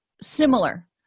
similar